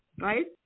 right